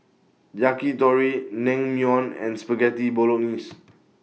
Yakitori Naengmyeon and Spaghetti Bolognese